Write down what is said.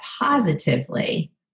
positively